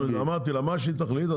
אמרתי לה, מה שהיא תחליט.